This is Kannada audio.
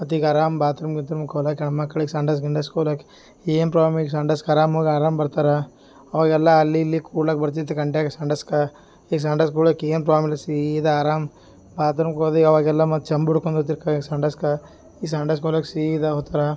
ಮತ್ತು ಈಗ ಅರಾಮ್ ಬಾತ್ರೂಮ್ ಗೀತ್ರುಮಿಗೆ ಹೋದಾಗ ಹೆಣ್ಮಕ್ಳಿಗೆ ಸಂಡಸ್ ಗಿಂಡಸ್ಕ್ ಹೋದಾಗ ಏನು ಪ್ರಾಬ್ಲಮ್ ಈ ಸಂಡಸ್ಗ್ ಅರಾಮ್ ಹೋಗಿ ಅರಾಮ್ ಬರ್ತಾರೆ ಅವಾಗೆಲ್ಲ ಅಲ್ಲಿ ಇಲ್ಲಿ ಕುಳಕ್ ಬರ್ತಿತ್ತು ಗಂಟೆಗೆ ಸಂಡಾಸ್ಗ ಈ ಸಂಡಾಸ್ಗುಳಕೆ ಏನು ಪ್ರಾಬ್ಲಮ್ ಇಲ್ಲ ಸೀದಾ ಅರಾಮ್ ಬಾತ್ರೂಮ್ ಹೋದೆ ಅವಾಗೆಲ್ಲ ಮತ್ತು ಚಂಬು ಹಿಡ್ಕಂಡು ಹೋಯ್ತಿರ ಕೈಯಾಗ್ ಸಂಡಸ್ಗ ಈ ಸಂಡಸ್ಕ್ ಹೋದಾಗ ಸೀದಾ ಹೋತರ